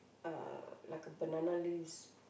uh like a banana leaves